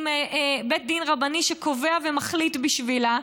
עם בית דין רבני שקובע ומחליט בשבילה,